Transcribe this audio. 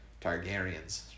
Targaryens